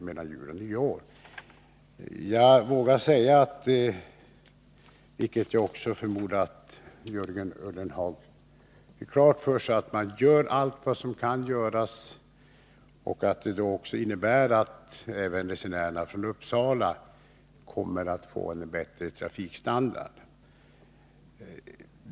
11 november 1982 Jag vågar säga, vilket jag också förmodar att Jörgen Ullenhag har klart för sig, att man gör allt vad som kan göras. Det innebär att även resenärerna från Om Arnös trafik Uppsala kommer att få en bättre trafikstandard.